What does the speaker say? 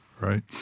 right